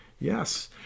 Yes